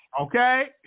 Okay